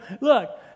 look